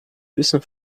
wissen